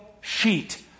sheet